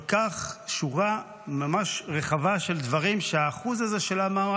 שורה ממש רחבה של דברים שה-1% הזה של המע"מ,